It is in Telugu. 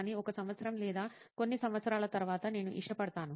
కానీ ఒక సంవత్సరం లేదా కొన్ని సంవత్సరాల తరువాత నేను ఇష్టపడతాను